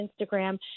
Instagram